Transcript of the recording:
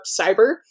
cyber